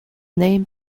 name